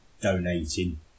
donating